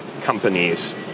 companies